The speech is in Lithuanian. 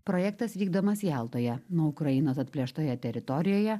projektas vykdomas jaltoje nuo ukrainos atplėštoje teritorijoje